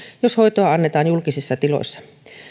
jos hoitoa annetaan julkisissa tiloissa